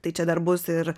tai čia dar bus ir